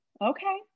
okay